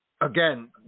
Again